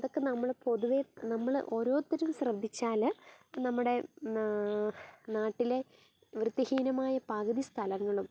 അതൊക്കെ നമ്മൾ പൊതുവേ നമ്മൾ ഓരോരുത്തരും ശ്രദ്ധിച്ചാൽ നമ്മുടെ നാട്ടിലെ വൃത്തിഹീനമായ പകുതി സ്ഥലങ്ങളും